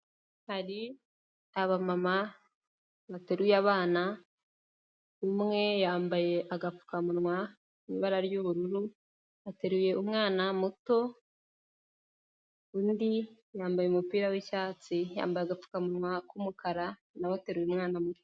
Hari abamama bateruye abana, umwe yambaye agapfukamunwa mu ibara ry'ubururu, ateruye umwana muto, undi yambaye umupira w'icyatsi, yambaye agapfukamunwa k'umukara na we aterura umwana muto.